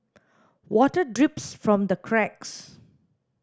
water drips from the cracks